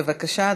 בבקשה,